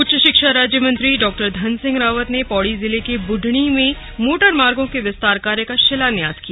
उच्च शिक्षा राज्य मंत्री डॉ धन सिंह रावत ने पौड़ी जिले के बुढणी में मोटरमार्गो के विस्तार कार्य का शिलान्यास किया